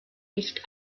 nicht